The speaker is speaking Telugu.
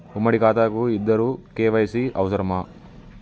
ఉమ్మడి ఖాతా కు ఇద్దరు కే.వై.సీ అవసరమా?